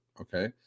Okay